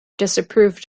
disapproved